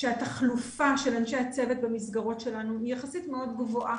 שהתחלופה של אנשי הצוות במסגרות שלנו היא יחסית מאוד גבוהה.